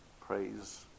Praise